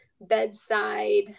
bedside